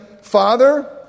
Father